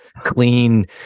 clean